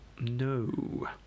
No